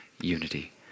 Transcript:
unity